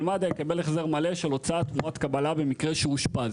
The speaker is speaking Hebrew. מד"א יקבל החזר מלא של הוצאת תנועה קבלה במקרה שאושפז.